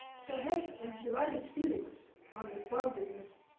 so i had divided feelings on this bomb business.